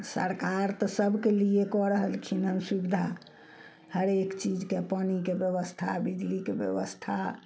सरकार तऽ सभके लिए कऽ रहलखिनहँ सुविधा हरेक चीजके पानिके व्यवस्था बिजलीके व्यवस्था